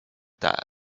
that